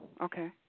Okay